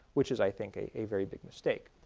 which is, i think a a very big mistake.